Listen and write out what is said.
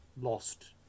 lost